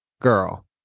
Girl